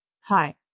hi